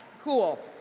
cool.